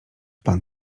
pan